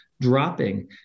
dropping